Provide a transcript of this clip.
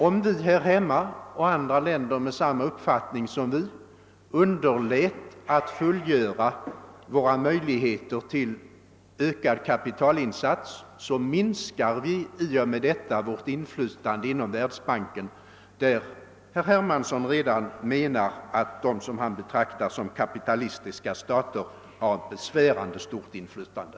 Om vi och länder med samma uppfattning som vår underlät att tillvarata möjligheterna till ökad kapitalinsats skulle vi minska vårt inflytande inom världsbanken, där enligt herr Hermanssons mening länder, som han betraktar som kapitalistiska stater, redan har ett besvärande stort inflytande.